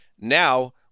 Now